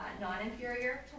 non-inferior